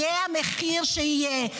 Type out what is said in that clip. יהיה המחיר אשר יהיה.